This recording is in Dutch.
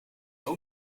ook